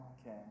okay